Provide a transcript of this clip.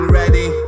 ready